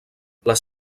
les